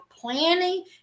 Planning